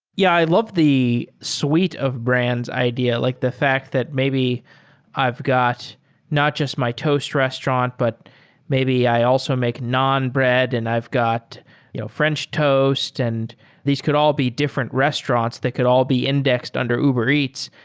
yeah. i love the suite of brands idea, like the fact that maybe i've got not just my toast restaurant, but maybe i also make non-bread, and i've got you know french toast, and these could all be different restaurants that could all be indexed under uber eats.